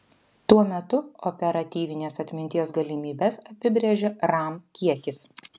tuo metu operatyvinės atminties galimybes apibrėžia ram kiekis